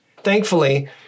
Thankfully